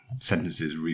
sentences